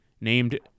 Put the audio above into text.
named